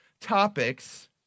topics